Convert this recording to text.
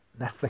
Netflix